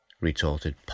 retorted